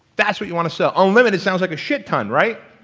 that's what you want to sell. unlimited sounds like a shit-ton, right?